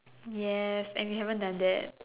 yes and we haven't done that